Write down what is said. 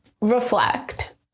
reflect